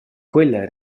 quella